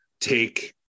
take